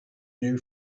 new